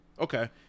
Okay